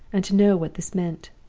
and to know what this meant.